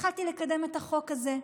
התחלתי לקדם את החוק הזה,